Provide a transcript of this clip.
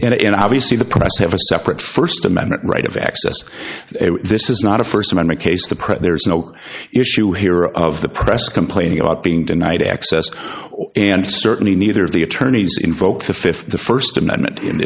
and obviously the press have a separate first amendment right of access this is not a first amendment case the print there's no issue here of the press complaining about being denied access or and certainly neither of the attorneys invoke the fifth the first amendment in